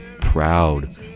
proud